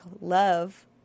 love